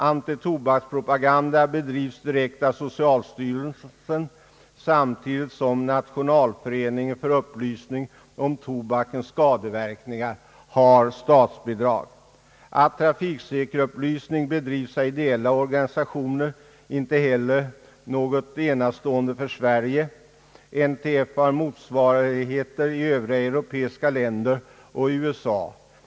Antitobakspropaganda bedrivs direkt av socialstyrelsen samtidigt som Nationalföreningen för upplysning om tobakens skadeverkningar har statsbidrag. Att trafiksäkerhetsupplysning bedrivs av ideella organisationer är heller inget enastående för Sverige. NTF har motsvarigheter i övriga västeuropeiska länder och i USA.